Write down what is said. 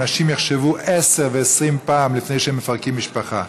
אנשים יחשבו 10 ו-20 פעם לפני שהם מפרקים משפחה.